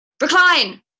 recline